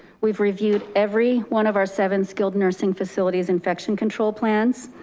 we've reviewed every one of our seven skilled nursing facilities, infection control plans.